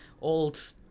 old